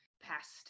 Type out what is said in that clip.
past